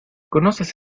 conoces